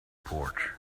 porch